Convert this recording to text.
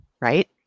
right